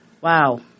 Wow